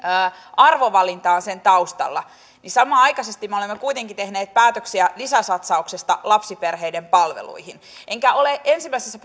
arvovalintaan sen taustalla niin samanaikaisesti me olemme kuitenkin tehneet päätöksiä lisäsatsauksesta lapsiperheiden palveluihin enkä ole ensimmäisessä